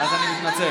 אז אני מתנצל.